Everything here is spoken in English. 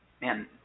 Man